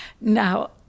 now